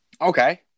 Okay